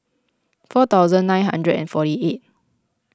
four thousand nine hundred and fourty eight